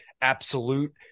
absolute